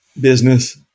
business